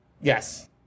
Yes